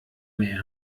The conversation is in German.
mehr